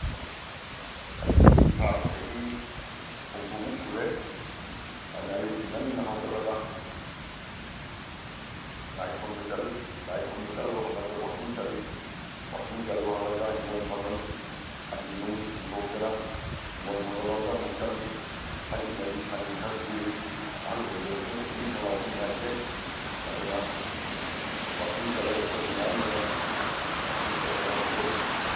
ꯑꯩꯁꯤ ꯏꯁꯥꯒꯤ ꯆꯍꯤ ꯍꯨꯝꯐꯨꯃꯨꯛ ꯁꯨꯔꯦ ꯑꯗꯨꯅ ꯑꯌꯨꯛꯁꯤ ꯉꯟꯅ ꯍꯧꯒꯠꯂꯒ ꯂꯥꯏ ꯈꯨꯔꯨꯝꯕ ꯆꯠꯂꯤ ꯂꯥꯏ ꯈꯨꯔꯨꯝꯕ ꯆꯠꯂꯨꯔꯒ ꯍꯜꯂꯛꯑꯒ ꯋꯥꯛꯀꯤꯡ ꯆꯠꯂꯤ ꯋꯥꯛꯀꯤꯡ ꯆꯠꯂꯨꯔ ꯍꯜꯂꯛꯑꯒ ꯍꯤꯡꯒꯣꯟ ꯁꯝꯕꯟ ꯁꯟ ꯅꯨꯡ ꯆꯤꯡꯊꯣꯛꯇꯅ ꯍꯤꯡꯒꯣꯟ ꯁꯝꯕꯟꯂꯣꯝꯗ ꯑꯃꯨꯛ ꯆꯠꯂꯤ ꯁꯖꯤꯛ ꯃꯖꯤꯛ ꯁꯟꯒꯤ ꯈꯔ ꯊꯤꯔꯨꯏ ꯑꯍꯜ ꯑꯣꯏꯁꯤꯜꯂꯛꯇꯅ ꯁꯤꯡꯂꯤ ꯁꯤꯡꯅꯥꯎꯁꯦ ꯅꯨꯡꯉꯥꯏꯇ꯭ꯔꯦ ꯑꯗꯨꯅ ꯋꯥꯛꯀꯤꯡ ꯆꯠꯂꯒ ꯈꯔ ꯅꯨꯡꯉꯥꯏꯅꯦꯅ ꯋꯥꯛꯀꯤꯡ ꯆꯠꯇꯅ ꯍꯣꯠꯅꯖꯔꯤ